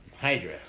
Hydra